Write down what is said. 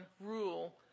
rule